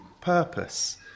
purpose